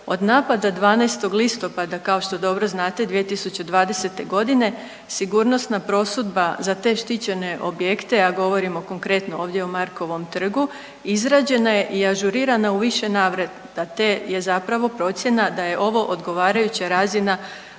Od napada 12. listopada kao što dobro znate 2020. godine sigurnosna prosudba za te štićene objekte, a govorimo konkretno ovdje o Markovom trgu izrađena je i ažurirana u više navrata te je zapravo procjena da je ovo odgovarajuća razina